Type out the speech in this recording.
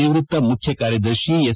ನಿವ್ಯಕ್ತ ಮುಖ್ಯಕಾರ್ಯದರ್ಶಿ ಎಸ್